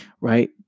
right